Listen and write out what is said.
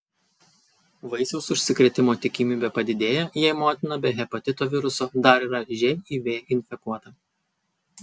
vaisiaus užsikrėtimo tikimybė padidėja jei motina be hepatito viruso dar yra živ infekuota